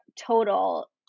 total